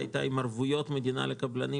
היא הייתה עם ערבויות מדינה לקבלנים